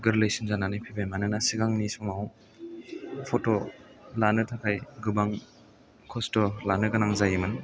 गोरलैसिन जानानै फैबाय मानोना सिगांनि समाव फट' लानो थाखाय गोबां खस्थ' लानो गोनां जायोमोन